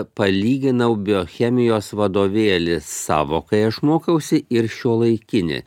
palyginau biochemijos vadovėlį savo kai aš mokausi ir šiuolaikinį